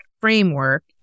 framework